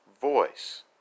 voice